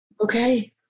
Okay